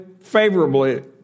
favorably